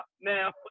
Now